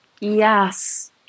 Yes